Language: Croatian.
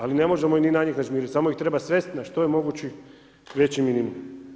Ali ne možemo ni na njih zažmiriti samo ih treba svesti na što je mogući veći minimum.